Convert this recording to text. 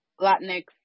Latinx